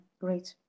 Great